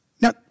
Now